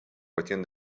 cuestión